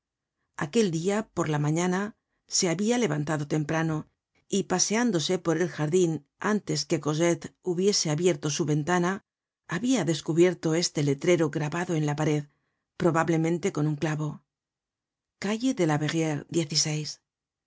aquel dia por la mañana se habia levantado temprano y paseándose por el jardin antes que cosette hubiese abierto su ventana habia descubierto este letrero grabado en la pared probablemente con un clavo calle de la